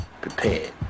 prepared